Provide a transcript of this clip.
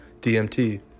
DMT